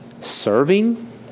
serving